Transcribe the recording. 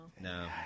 No